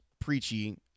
preachy